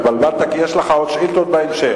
התבלבלת כי יש לך עוד שאילתות בהמשך.